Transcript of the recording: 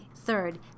Third